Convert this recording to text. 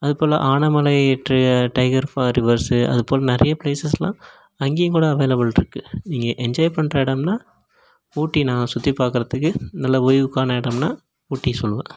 அதுபோல் Anamalai tiger reverse அது போல நிறைய பிளேஸ்ஸஸ்லாம் அங்கேயும் கூட அவைலபிள் இருக்குது நீங்கள் என்ஜாய் பண்ணுற இடம்னா ஊட்டி நான் சுத்தி பார்க்குறதுக்கு நல்ல ஓய்வுக்கான இடம்னா ஊட்டி சொல்வேன்